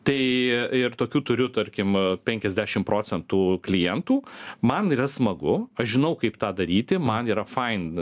tai ir tokių turiu tarkim penkiasdešim procentų klientų man yra smagu aš žinau kaip tą daryti man yra fain